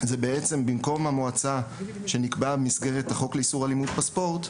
במקום המועצה שנקבעה במסגרת החוק לאיסור אלימות בספורט,